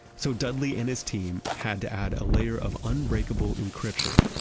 so dudley and his team had to add a layer of unbreakable encryption,